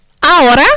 ahora